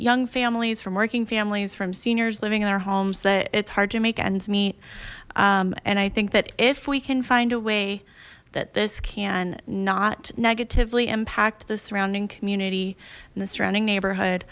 young families from working families from seniors living in their homes that it's hard to make ends meet and i think that if we can find a way that this can not negatively impact the surrounding community in the surrounding neighborhood